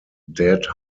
dead